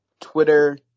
Twitter